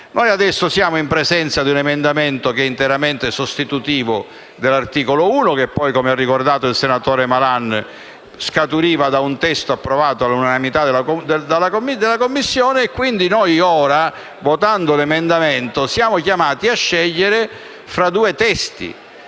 Adesso siamo in presenza di un emendamento interamente sostitutivo dell'articolo 1 e quest'ultimo, come ha ricordato il senatore Malan, scaturiva da un testo approvato all'unanimità dalla Commissione. Quindi ora, votando l'emendamento, siamo chiamati a scegliere fra due testi